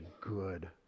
good